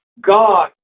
God